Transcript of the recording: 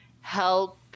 help